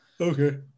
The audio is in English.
Okay